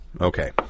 Okay